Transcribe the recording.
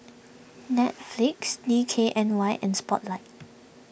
Netflix D K N Y and Spotlight